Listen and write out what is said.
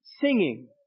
singing